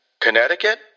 Connecticut